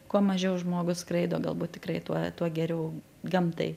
kuo mažiau žmogus skraido galbūt tikrai tuo tuo geriau gamtai